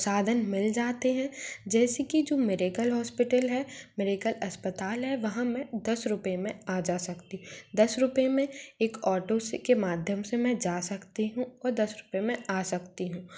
साधन मिल जाते हैं जैसे कि जो मिरेकल हॉस्पिटल है मिरेकल अस्पताल है वहाँ मैं दस रुपए में आ जा सकती हूँ दस रुपए में एक ऑटो से के माध्यम से मैं जा सकती हूँ और दस रुपए में आ सकती हूँ